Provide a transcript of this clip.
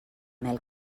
mel